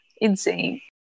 insane